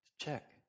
Check